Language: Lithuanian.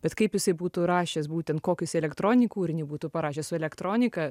bet kaip jisai būtų rašęs būtent kokį jis elektroninį kūrinį būtų parašęs su elektronika